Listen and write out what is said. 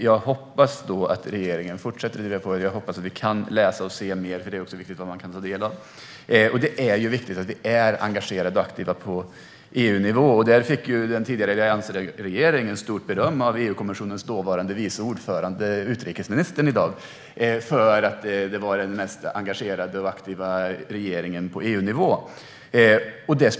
Jag hoppas att regeringen fortsätter att driva på här och att vi kan läsa och se mer om detta, för det är viktigt att kunna ta del av det. Det är viktigt att vi är engagerade på EU-nivå. Den tidigare alliansregeringen fick ju i dag stort beröm av EU-kommissionens dåvarande vice ordförande, utrikesministern, för att den var den mest engagerade och aktiva regeringen på EU-nivå.